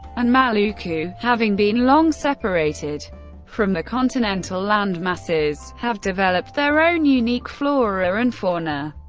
and maluku having been long separated from the continental landmasses have developed their own unique flora and fauna.